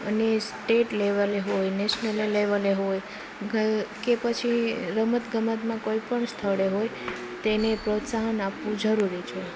અને સ્ટેટ લેવલે હોય નેશનલ લેવલે હોય કે પછી રમત ગમતમાં કોઈપણ સ્થળે હોય તેને પ્રોત્સાહન આપવું જરૂરી છે